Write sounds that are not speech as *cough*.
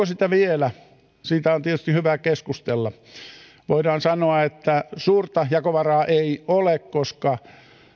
*unintelligible* sitä vielä siitä on tietysti hyvä keskustella voidaan sanoa että suurta jakovaraa ei ole koska